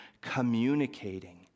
communicating